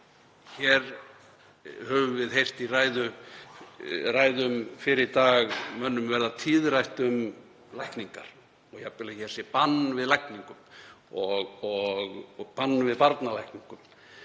Hér höfum við heyrt í ræðum fyrr í dag að mönnum verður tíðrætt um lækningar, jafnvel að hér sé bann við lækningum og bann við barnalækningum